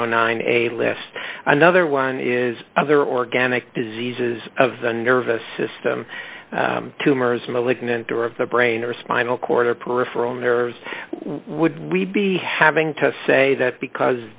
zero nine a list another one is either organic diseases of the nervous system tumors malignant or of the brain or spinal cord or peripheral nerves would we be having to say that because